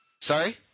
Sorry